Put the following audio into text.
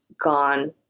gone